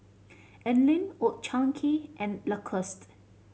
Anlene Old Chang Kee and Lacoste